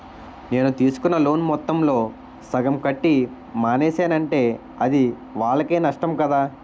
నేను తీసుకున్న లోను మొత్తంలో సగం కట్టి మానేసానంటే అది వాళ్ళకే నష్టం కదా